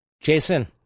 Jason